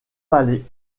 vallée